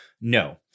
no